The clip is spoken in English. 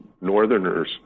Northerners